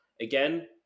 Again